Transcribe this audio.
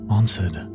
answered